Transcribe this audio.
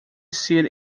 seat